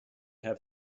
have